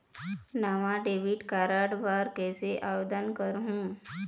नावा debit card बर कैसे आवेदन करहूं?